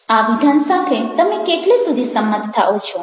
આ વિધાન સાથે તમે કેટલે સુધી સંમત થાઓ છો